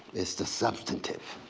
it's the substantive.